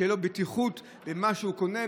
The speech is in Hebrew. שתהיה לו בטיחות במה שהוא קונה,